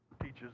teaches